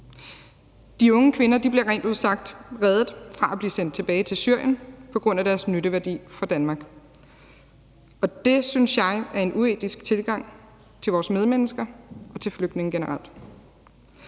De unge kvinder bliver rent ud sagt reddet fra at blive sendt tilbage til Syrien på grund af deres nytteværdi for Danmark, og det synes jeg er en uetisk tilgang til vores medmennesker og til flygtninge generelt.